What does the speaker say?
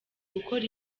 gukora